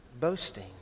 boasting